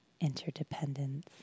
interdependence